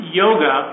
yoga